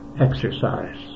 exercise